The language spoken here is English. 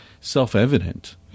self-evident –